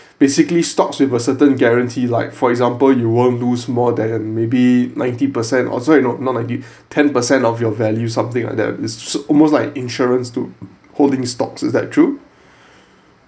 basically stocks with a certain guarantee like for example you won't lose more than maybe ninety percent oh sorry not ninety ten percent of your values something like that it's almost like insurance to holding stocks is that true